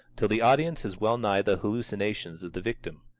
till the audience has well-nigh the hallucinations of the victim.